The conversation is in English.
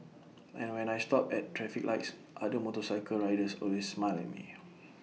and when I stop at traffic lights other motorcycle riders always smile at me